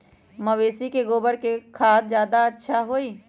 मवेसी के गोबर के खाद ज्यादा अच्छा होई?